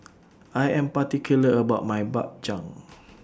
I Am particular about My Bak Chang